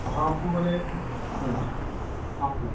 অহা সপ্তাহ মানে